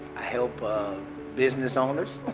i help business owners.